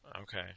Okay